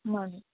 म्हणून